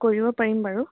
কৰি দিব পাৰিম বাৰু